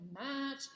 match